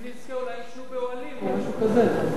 אם נזכה, אולי יישנו באוהלים, או משהו כזה.